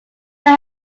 your